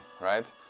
right